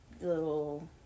little